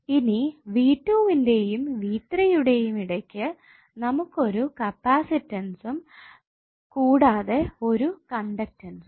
ഇനി v2 ന്റെയും v3 യുടെയും ഇടയ്ക്കു നമുക്ക് ഒരു കപ്പാസിറ്റസ്സും കൂടാതെ ഒരു കണ്ടക്ടസ്സും